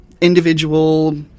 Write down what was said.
Individual